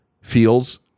feels